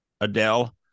Adele